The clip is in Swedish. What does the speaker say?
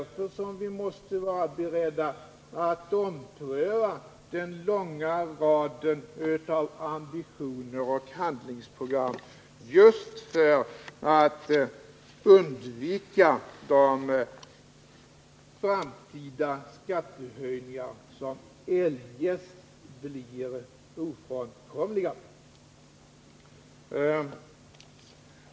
Vi måste vara beredda att ompröva den långa raden av ambitioner och handlingsprogram just för att undvika de framtida skattehöjningar som eljest blir ofrånkomliga.